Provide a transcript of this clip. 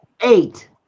Eight